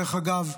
דרך אגב,